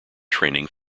training